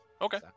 Okay